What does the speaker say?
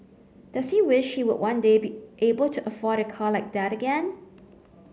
does he wish he would one day be able to afford a car like that again